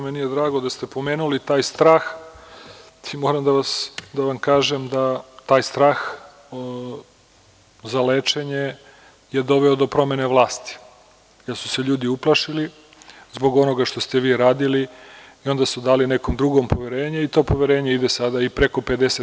Meni je drago da ste pomenuli taj strah i moram da vam kažem da taj strah za lečenje je doveo do promene vlasti jer su se ljudi uplašili zbog onoga što ste vi radili i onda su dali nekom drugom poverenje i to poverenje ide sada i preko 50%